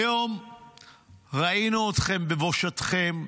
היום ראינו אתכם בבושתכם,